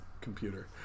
computer